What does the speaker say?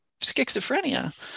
schizophrenia